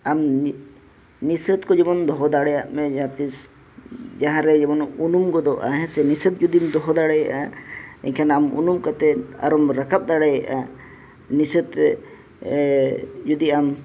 ᱟᱢ ᱱᱤᱥᱥᱟᱥ ᱠᱚ ᱡᱮᱢᱚᱱ ᱫᱚᱦᱚ ᱫᱟᱲᱮᱭᱟᱜ ᱢᱮ ᱡᱟᱦᱟᱸᱛᱤᱥ ᱡᱟᱦᱟᱸᱨᱮ ᱡᱮᱢᱚᱱ ᱩᱱᱩᱢ ᱜᱚᱫᱚᱜᱼᱟᱢ ᱦᱮᱸ ᱥᱮ ᱱᱤᱥᱥᱟᱥ ᱡᱩᱫᱤᱢ ᱫᱚᱦᱚ ᱫᱟᱲᱮᱭᱟᱜᱼᱟ ᱮᱱᱠᱷᱟᱱ ᱟᱢ ᱩᱱᱩᱢ ᱠᱟᱛᱮᱫ ᱟᱨᱦᱚᱢ ᱨᱟᱠᱟᱵ ᱫᱟᱲᱮᱭᱟᱜᱼᱟ ᱱᱤᱥᱥᱟᱥ ᱡᱩᱫᱤ ᱟᱢ